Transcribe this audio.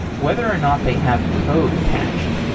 whether or not they have code attached.